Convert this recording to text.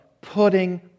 Putting